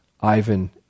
Ivan